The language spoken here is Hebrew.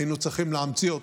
היינו צריכים להמציא אותו.